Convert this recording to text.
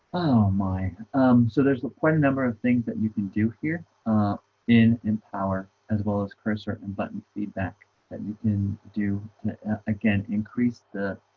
my um so there's a quite a number of things that you can do here in empower as well as cursor and button feedback that you can do again, increase the